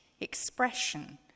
expression